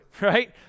right